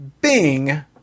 bing